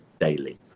daily